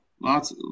lots